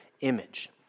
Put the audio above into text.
image